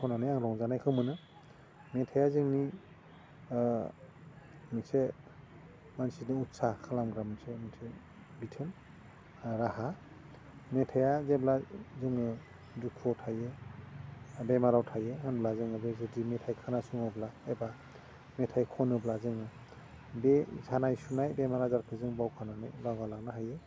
खन्नानै आं रंजानायखौ मोनो मेथाइया जोंनि मोनसे मानसिनि उटसा खालामग्रा मोनसे मोनसे बिथोन राहा मेथाइया जेब्ला जोङो दुखुवाव थायो बेमाराव थायो होमब्ला जोङो बे जुदि मेथाइ खोनासङोब्ला एबा मेथाइ खनोब्ला जोङो बे सानाय सुनाय बेमार आजारखौ जों बावगारनानै बावगारलांनो हायो